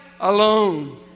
alone